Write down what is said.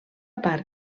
part